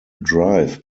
drive